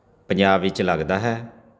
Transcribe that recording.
ਪੰਜਾਬ ਵਿੱਚ ਲੱਗਦਾ ਹੈ